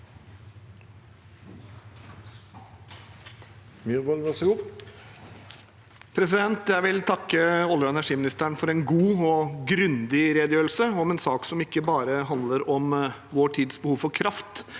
Jeg vil takke olje- og energiministeren for en god og grundig redegjørelse om en sak som ikke bare handler om vår tids behov for kraft,